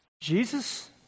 Jesus